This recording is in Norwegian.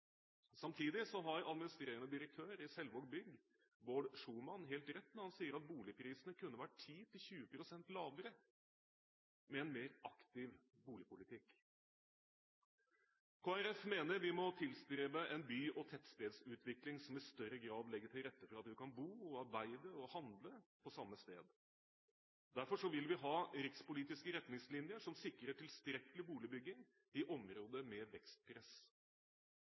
Samtidig har administrerende direktør i Selvaag Bolig, Baard Schumann, helt rett når han sier at boligprisene kunne vært 10–20 pst. lavere med en mer aktiv boligpolitikk. Kristelig Folkeparti mener vi må tilstrebe en by- og tettstedsutvikling som i større grad legger til rette for at vi kan bo, arbeide og handle på samme sted. Derfor vil vi ha rikspolitiske retningslinjer som sikrer tilstrekkelig boligbygging i områder med vekstpress.